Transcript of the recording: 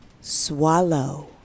swallow